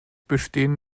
bestehen